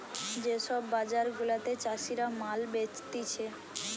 যে সব বাজার গুলাতে চাষীরা মাল বেচতিছে